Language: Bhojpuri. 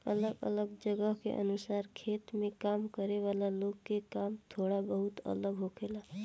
अलग अलग जगह के अनुसार खेत में काम करे वाला लोग के काम थोड़ा बहुत अलग होखेला